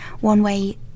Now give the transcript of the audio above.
one-way